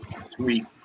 sweet